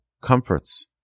comforts